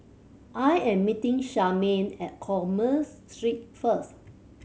I am meeting Charmaine at Commerce Street first